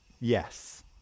Yes